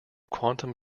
quantum